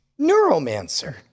Neuromancer